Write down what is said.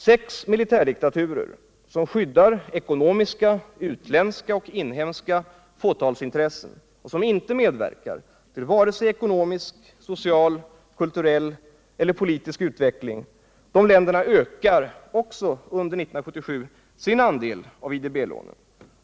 Sex militärdiktaturer, som skyddar ekonomiska utländska och inhemska fåtalsintressen och som inte medverkar till vare sig ekonomisk, social, kulturell eller politisk utveckling, ökar sin andel av IDB-lånen under 1977.